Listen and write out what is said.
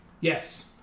Yes